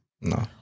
No